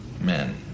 men